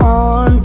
on